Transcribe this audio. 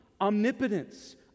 omnipotence